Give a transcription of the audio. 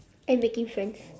and making friends